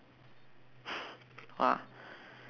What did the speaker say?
!wah!